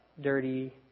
dirty